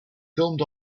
filmed